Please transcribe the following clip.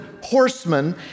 horsemen